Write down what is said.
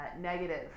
negative